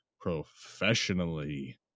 professionally